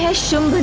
yeah shumbh but